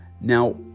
Now